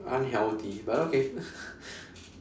unhealthy but okay